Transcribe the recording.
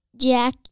Jack